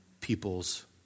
people's